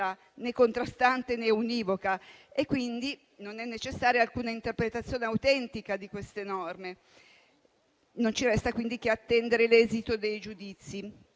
né contrastante né univoca, quindi non è necessaria alcuna interpretazione autentica di queste norme. Non ci resta, quindi, che attendere l'esito dei giudizi.